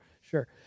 sure